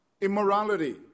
immorality